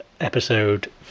episode